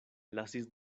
lasis